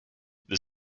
the